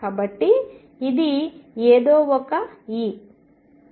కాబట్టి ఇది ఏదో ఒక E